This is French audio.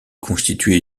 constitué